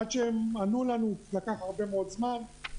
עד שהם ענו לנו, לקח הרבה מאוד זמן,